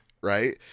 right